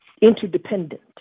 interdependent